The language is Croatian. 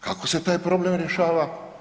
Kako se taj problem rješava?